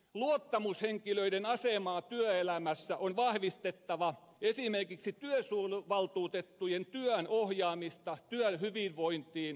luottamushenkilöiden asemaa työelämässä on vahvistettava esimerkiksi työsuojeluvaltuutettujen työn ohjaamista työhyvinvointiin ja terveyteen